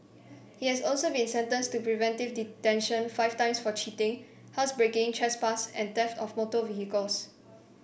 he has also been sentenced to preventive detention five times for cheating housebreaking trespass and theft of motor vehicles